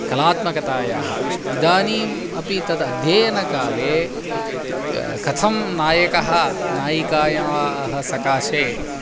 कलात्मकतायाः इदानीम् अपि तद् अध्ययनकाले का कथं नायकः नायिकायाः सकाशे